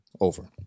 over